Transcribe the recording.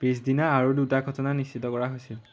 পিছদিনা আৰু দুটা ঘটনা নিশ্চিত কৰা হৈছিল